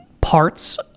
parts